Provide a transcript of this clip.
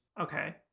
Okay